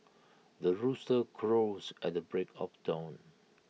the rooster crows at the break of dawn